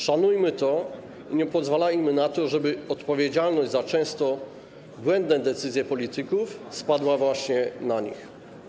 Szanujmy to i nie pozwalajmy na to, żeby odpowiedzialność za często błędne decyzje polityków spadła właśnie na nich.